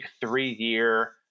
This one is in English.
three-year